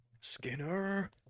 Skinner